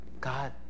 God